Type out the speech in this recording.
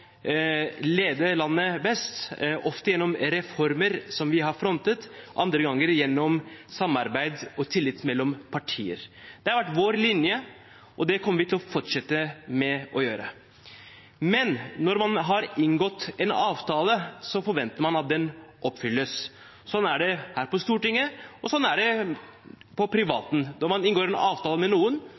lede landet best, ofte gjennom reformer som vi har frontet, andre ganger gjennom samarbeid og tillit mellom partier. Det har vært vår linje, og det kommer vi til å fortsette å gjøre. Men når man har inngått en avtale, forventer man at den oppfylles. Sånn er det her på Stortinget, og sånn er det på privaten. Når man inngår en avtale med noen,